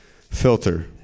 filter